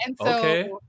Okay